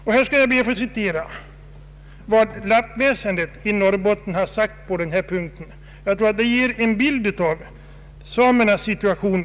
Jag skall citera vad Lappväsendet i Norrbottens län har skrivit i detta sammanhang. Det ger en bild av samernas situation.